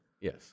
Yes